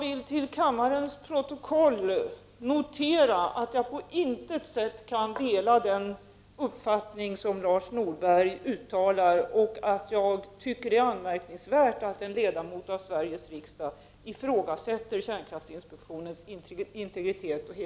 Enligt några små notiser i radio och tidningar har ett mycket allvarligt haveri inträffat i det spanska kärnkraftverket Vandellos.